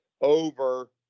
over